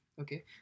okay